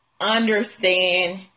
understand